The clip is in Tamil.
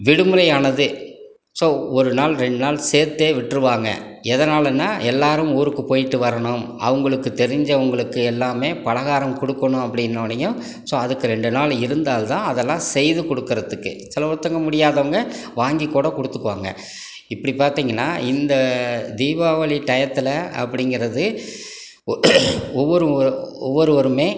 விடுமுறையானதே ஸோ ஒரு நாள் ரெண்டு நாள் சேர்த்தே விட்ருவாங்க எதனால்லன்னா எல்லாரும் ஊருக்கு போய்விட்டு வரணும் அவங்களுக்கு தெரிஞ்சவங்களுக்கு எல்லாமே பலகாரம் கொடுக்கணும் அப்படினொன்னையும் ஸோ அதுக்கு ரெண்டு நாள் இருந்தால் தான் அதெல்லாம் செய்து கொடுக்கறத்துக்கு சில ஒருத்தவங்க முடியாதவங்க வாங்கி கூட கொடுத்துக்குவாங்க இப்படி பார்த்திங்கனா இந்த தீபாவளி டையத்தில் அப்படிங்கறது ஒ ஒவ்வொரு ஒவ்வொருவரும்